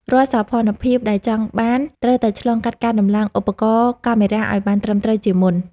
រាល់សោភ័ណភាពដែលចង់បានត្រូវតែឆ្លងកាត់ការដំឡើងឧបករណ៍កាមេរ៉ាឱ្យបានត្រឹមត្រូវជាមុន។